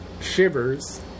Shivers